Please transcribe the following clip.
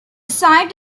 site